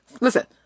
Listen